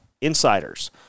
insiders